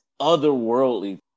otherworldly